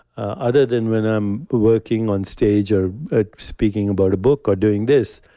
other than when i'm working on stage, or speaking about a book or doing this,